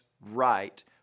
right